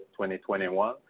2021